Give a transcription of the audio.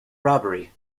robbery